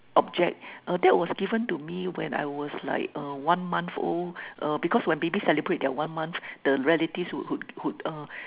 object uh that was given to me when I was like uh one month old uh because when baby celebrate their one month their relatives would give a